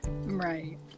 right